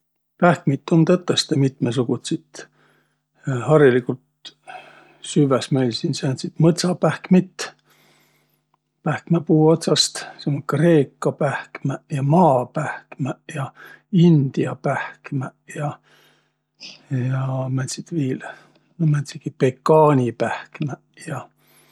Pähkmit um tõtõstõ mitmõsugutsit. Hariligult süvväs meil siin sääntsit mõtsapähkmit pähkmäpuu otsast. Sis ummaq kreeka pähkmäq ja maapähkmäq ja india pähkmäq ja. Ja määntsit viil? Määntsegiq pekaanipähkmäq ja.